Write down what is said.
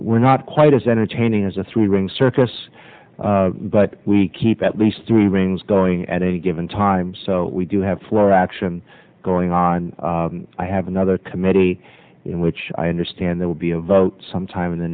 we're not quite as entertaining as a three ring circus but we keep at least two evenings going at any given time so we do have floor action going on i have another committee in which i understand there will be a vote sometime in the